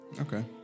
okay